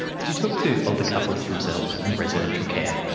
did you talk to older couples themselves in residential care?